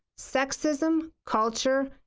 sexism, culture,